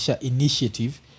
Initiative